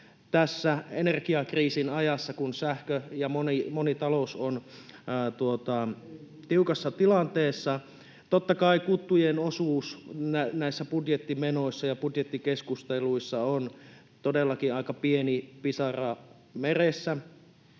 tässä energiakriisin ajassa, kun sähkö ja moni talous on tiukassa tilanteessa? Totta kai kuttujen osuus näissä budjettimenoissa ja budjettikeskusteluissa on todellakin aika pieni pisara meressä.